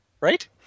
Right